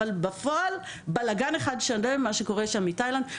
אבל בפועל בלגן אחד שלם מה שקורה שם בתאילנד.